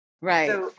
Right